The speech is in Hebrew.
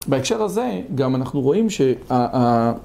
בהקשר הזה, גם אנחנו רואים שה...